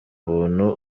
buntu